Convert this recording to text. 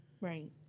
right